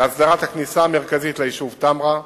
להסדרת הכניסה המרכזית ליישוב תמרה.